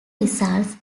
result